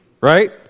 Right